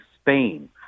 Spain